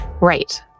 Right